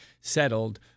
settled